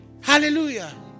Hallelujah